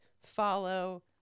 follow